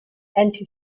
anti